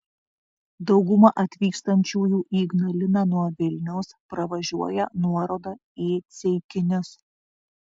dauguma atvykstančiųjų į ignaliną nuo vilniaus pravažiuoja nuorodą į ceikinius